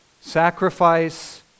sacrifice